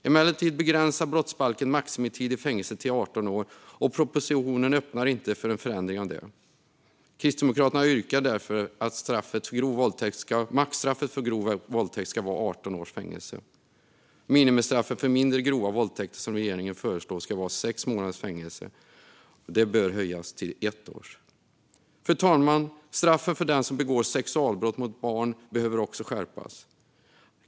Emellertid begränsar brottsbalken maximitid i fängelse till 18 år, och propositionen öppnar inte för en förändring av det. Kristdemokraterna yrkar därför på att maxstraffet för grov våldtäkt ska vara 18 års fängelse. Minimistraffet för mindre grova våldtäkter, som regeringen föreslår ska vara sex månaders fängelse, bör höjas till ett års fängelse. Fru talman! Straffen för dem som begår sexualbrott mot barn behöver också skärpas.